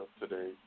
today